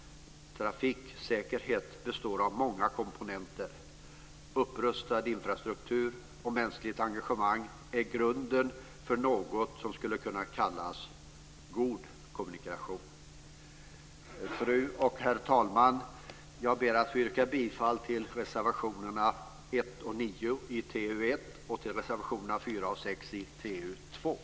Trafiksäkerhet består av många komponenter. Upprustad infrastruktur och mänskligt engagemang är grunden för något som skulle kunna kallas god kommunikation. Herr talman! Jag ber att få yrka bifall till reservationerna 1 och 9 i TU1 och till reservationerna 4 och